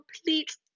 complete